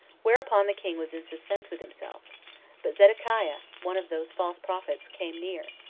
whereupon the king was in suspense with himself but zedekiah, one of those false prophets, came near,